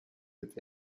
été